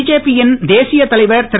பிஜேபியின் தேசிய தலைவர் திரு